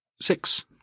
six